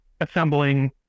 assembling